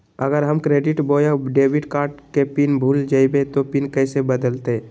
अगर हम क्रेडिट बोया डेबिट कॉर्ड के पिन भूल जइबे तो पिन कैसे बदलते?